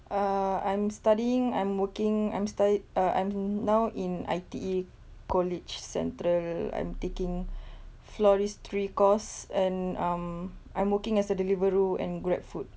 err I'm studying I'm working I'm studyi~ uh I'm now in I_T_E college central I'm taking floristry course and um I'm working as a deliveroo and grabfood